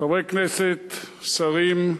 חברי הכנסת, שרים,